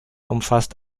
umfasst